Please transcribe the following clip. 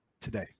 today